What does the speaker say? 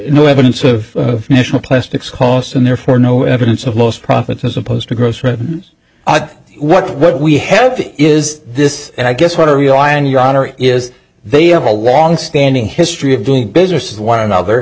no evidence of national plastics host and therefore no evidence of most profits as opposed to gross revenues what would we have to is this and i guess what i rely on your honor is they have a longstanding history of doing business with one another